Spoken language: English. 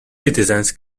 citizens